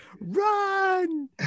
Run